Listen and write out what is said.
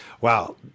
Wow